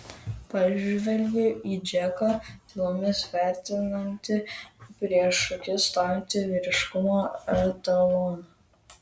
pažvelgiu į džeką tylomis vertinantį prieš akis stovintį vyriškumo etaloną